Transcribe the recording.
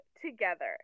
together